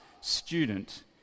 student